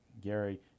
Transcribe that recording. Gary